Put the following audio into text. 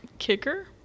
kicker